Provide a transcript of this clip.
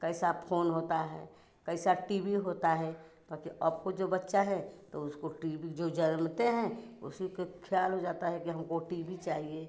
कैसा फोन होता है कैसा टी वी होता है बाक़ी अब को जो बच्चा है तो उसको टी वी के जो जनमते हैं उसी के ख़याल हो जाता है कि हमको टी वी चाहिए